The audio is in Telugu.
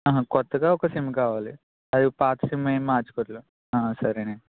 ఆహా కొత్తగా ఒక సిమ్ కావాలి అదే పాత సిమ్ ఏమి మార్చుకోవదు సరేనండి